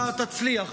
אתה תצליח.